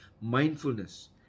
mindfulness